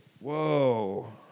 Whoa